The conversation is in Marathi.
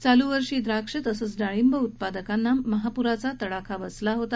चालू वर्षी द्राक्ष तसंच डाळिंब उत्पादकांना महापुराचा तडाखा बसला होता